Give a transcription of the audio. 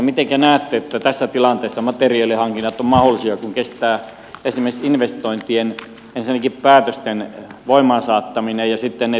miten näette että tässä tilanteessa materiaalihankinnat ovat mahdollisia kun kestää ensinnäkin esimerkiksi investointien päätösten voimaan saattaminen ja sitten ne tilaukset